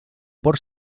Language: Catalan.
porc